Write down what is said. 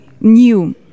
new